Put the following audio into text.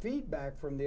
feedback from the